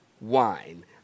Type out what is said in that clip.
wine